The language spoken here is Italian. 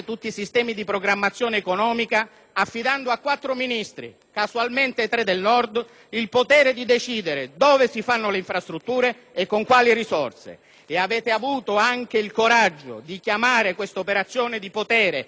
(casualmente tre del Nord) il potere di decidere dove si fanno le infrastrutture e con quali risorse. Avete avuto anche il coraggio di chiamare questa operazione di potere in danno del Mezzogiorno perequazione infrastrutturale!